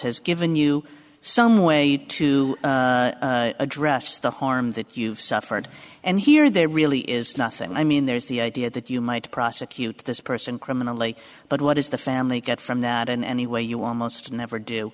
has given you some way to address the harm that you've suffered and here there really is nothing i mean there is the idea that you might prosecute this person criminally but what is the family get from that in any way you almost never do